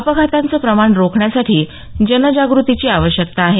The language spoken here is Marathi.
अपघातांचं प्रमाण रोखण्यासाठी जनजागृतीची आवश्यकता आहे